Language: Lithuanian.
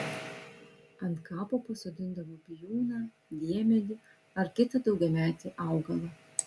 ant kapo pasodindavo bijūną diemedį ar kitą daugiametį augalą